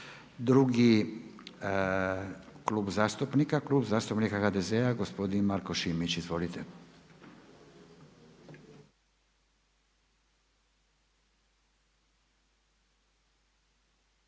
Drugi klub zastupnika, Klub zastupnika HDZ-a gospodin Marko Šimić. Izvolite.